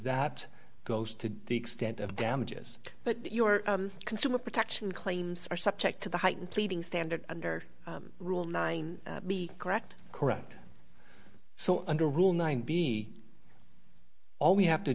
that goes to the extent of damages but your consumer protection claims are subject to the heightened pleading standard under rule nine be correct correct so under rule nine be all we have to